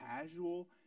casual